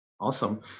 Awesome